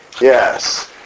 Yes